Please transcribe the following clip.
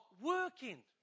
working